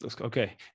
okay